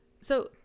So-